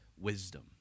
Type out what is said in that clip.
wisdom